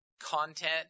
content